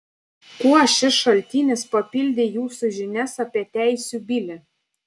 kuo šis šaltinis papildė jūsų žinias apie teisių bilį